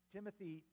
Timothy